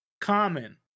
Common